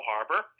Harbor